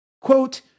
Quote